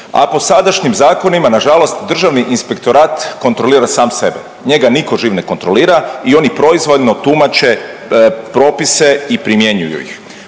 a po sadašnjim zakonima nažalost Državni inspektorat kontrolira sam sebe. Njega nitko živ ne kontrolira i oni proizvoljno tumače propise i primjenjuju ih.